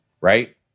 right